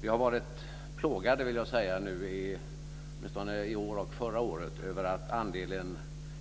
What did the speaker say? Vi har varit plågade, åtminstone i år och förra året, över att andelen